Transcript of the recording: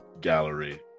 gallery